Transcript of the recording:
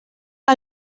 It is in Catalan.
que